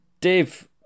Dave